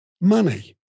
money